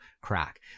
crack